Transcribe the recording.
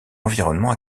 environnement